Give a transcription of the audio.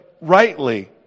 rightly